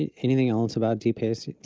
yeah anything else about dpace you